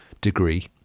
degree